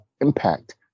impact